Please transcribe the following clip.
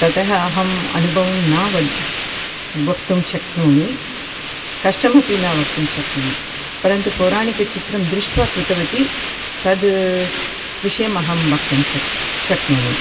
ततः अहम् अनुभवं न वद् वक्तुं शक्नोमि कष्टमपि न वक्तुं शक्नोमि परन्तु पौराणिकचित्रं दृष्ट्वा कृतवती तद् विषयम् अहं वक्तुं शक् शक्नोमि